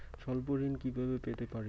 স্বল্প ঋণ কিভাবে পেতে পারি?